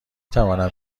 توانم